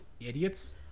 idiots